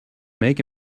make